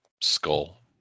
skull